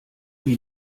wie